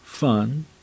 fun